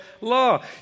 law